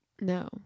No